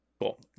Cool